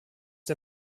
der